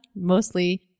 Mostly